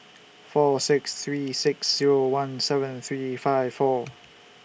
four six three six Zero one seven three five four